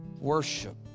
Worship